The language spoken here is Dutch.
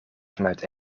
vanuit